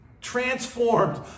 transformed